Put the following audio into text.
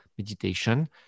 meditation